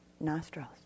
nostrils